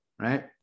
right